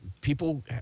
people